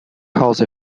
hause